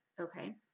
okay